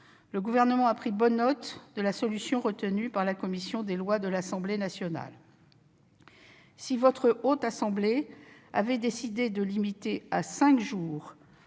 le Gouvernement a pris bonne note de la solution retenue par la commission des lois de l'Assemblée nationale. Si votre Haute Assemblée avait décidé de limiter à cinq jours